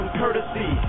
courtesy